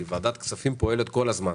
כי ועדת כספים פועלת כל הזמן,